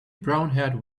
brownhaired